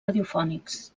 radiofònics